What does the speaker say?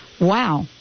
wow